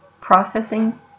processing